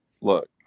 look